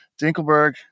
Dinkelberg